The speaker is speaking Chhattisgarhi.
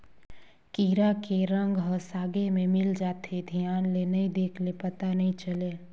कीरा के रंग ह सागे में मिल जाथे, धियान ले नइ देख ले पता नइ चले